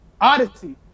Odyssey